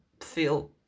feel